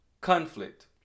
Conflict